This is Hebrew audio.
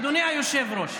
אדוני היושב-ראש,